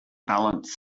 balance